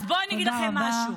אז בואו אני אגיד לכם משהו,